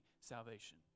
salvation